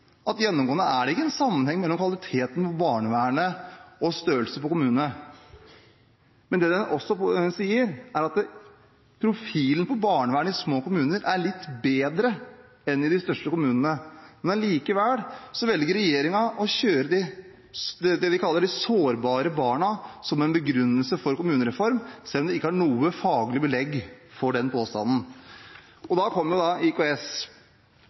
at gjennomgående er det ingen sammenheng mellom kvaliteten på barnevernet og størrelse på kommune, men det den også sier, er at profilen på barnevernet i små kommuner er litt bedre enn i de største kommunene. Likevel velger regjeringen å bruke det de kaller «de sårbare barna» som en begrunnelse for kommunereform, selv om de ikke har noe faglig belegg for den påstanden. Så kommer da interkommunalt samarbeid, IKS, og jo, det